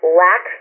lack